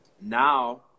now